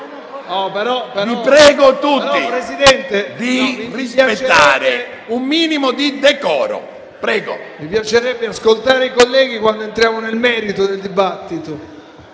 Vi prego tutti di rispettare un minimo di decoro. BOCCIA *(PD-IDP)*. Mi piacerebbe ascoltare i colleghi quando entriamo nel merito del dibattito,